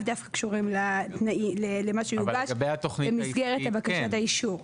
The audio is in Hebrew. דווקא קשור למה שהוגש במסגרת בקשת האישור.